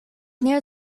near